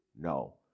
no